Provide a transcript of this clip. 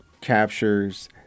captures